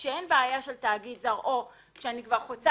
כשאין בעיה של תאגיד זר או כשאני כבר חוצה